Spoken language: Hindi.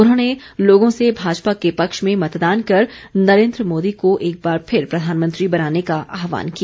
उन्होंने लोगों से भाजपा के पक्ष में मतदान कर नरेन्द्र मोदी को एकबार फिर प्रधानमंत्री बनाने का आह्वान किया